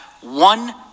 one